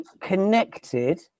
connected